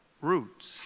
roots